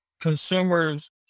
consumers